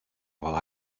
while